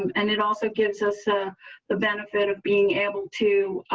um and it also gives us ah the benefit of being able to